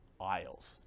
isles